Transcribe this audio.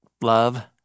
love